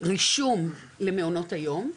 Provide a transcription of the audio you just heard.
רישום למעונות היום,